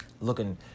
looking